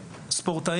הספורט.